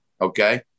okay